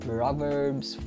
Proverbs